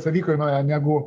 savikainoje negu